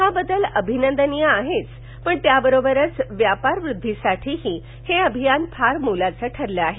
हा बदल अभिनंदनीय आहेच पण त्याबरोबरच व्यापार वृद्धीसाठीही हे अभियान फारच मोलाचं ठरलं आहे